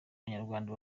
banyarwanda